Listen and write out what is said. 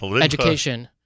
education